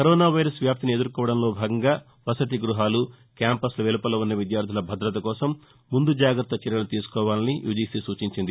corona virus వ్యాప్తిని ఎదుర్కోవడంలో భాగంగా వసతి గృహలు క్యాంపస్ల వెలుపల ఉన్న విద్యార్గుల భదత కోసం ముందు జాగ్రత్త చర్యలు తీసుకోవాలని యూజీసీ సూచించింది